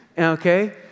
Okay